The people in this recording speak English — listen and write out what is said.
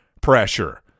pressure